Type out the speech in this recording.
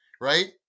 right